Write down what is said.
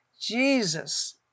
Jesus